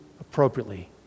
appropriately